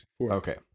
Okay